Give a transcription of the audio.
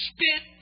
Spit